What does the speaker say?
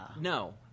No